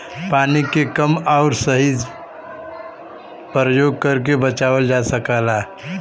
पानी के कम आउर सही से परयोग करके बचावल जा सकल जाला